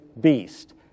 beast